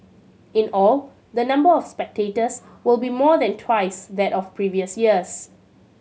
in all the number of spectators will be more than twice that of previous years